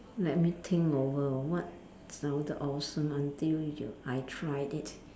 let me think over what sounded awesome until you I tried it